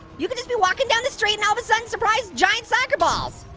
you can just be walking down the street, and all of a sudden, surprise, giant soccer balls.